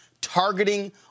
targeting